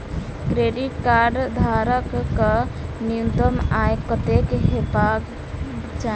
Credit card धारक कऽ न्यूनतम आय कत्तेक हेबाक चाहि?